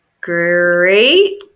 great